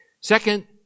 Second